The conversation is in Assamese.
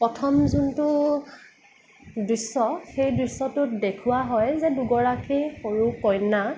প্ৰথম যোনটো দৃশ্য সেই দৃশ্যটোত দেখুওৱা হয় যে দুগৰাকী সৰু কন্যা